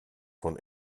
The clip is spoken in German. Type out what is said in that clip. von